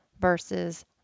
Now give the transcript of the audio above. versus